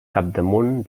capdamunt